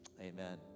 amen